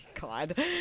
God